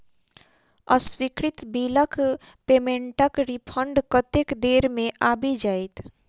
अस्वीकृत बिलक पेमेन्टक रिफन्ड कतेक देर मे आबि जाइत?